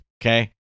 okay